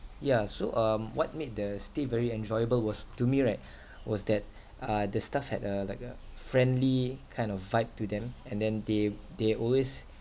yeah so um what made the stay very enjoyable was to me right was that uh the staff had a like a friendly kind of vibe to them and then they they always